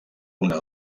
una